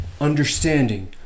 Understanding